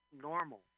normal